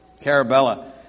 Carabella